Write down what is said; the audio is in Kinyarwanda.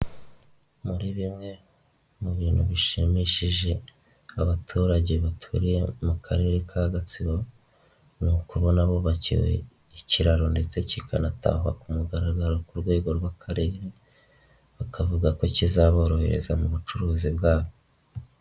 Muri bimwe mu bintu bishimishije, abaturage baturiye mu karere ka Gatsibo ni ukubona bubakiwe ikiraro ndetse kikanatahwa ku mugaragaro ku rwego rw'Akarere, bakavuga ko kizaborohereza mu bucuruzi bwabo.